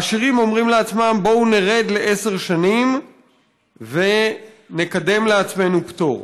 העשירים אומרים לעצמם: בואו נרד לעשר שנים ונקדם לעצמנו פטור.